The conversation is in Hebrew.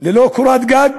ללא קורת גג,